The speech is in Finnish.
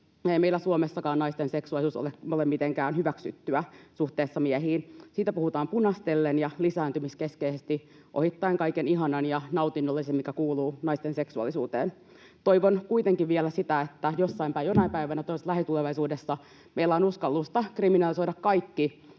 Ei meillä Suomessakaan naisten seksuaalisuus ole mitenkään hyväksyttyä suhteessa miehiin. Siitä puhutaan punastellen ja lisääntymiskeskeisesti ohittaen kaikki ihana ja nautinnollinen, mikä kuuluu naisten seksuaalisuuteen. Toivon kuitenkin vielä sitä, että jonain päivänä, toivottavasti lähitulevaisuudessa, meillä on uskallusta kriminalisoida kaikki